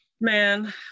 man